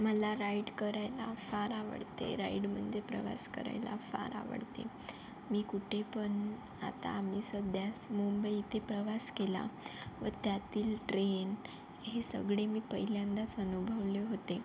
मला राईड करायला फार आवडते राईडमधे प्रवास करायला फार आवडते मी कुठेपण आता आम्ही सध्या मुंबई येथे प्रवास केला व त्यातील ट्रेन हे सगळे मी पहिल्यांदाच अनुभवले होते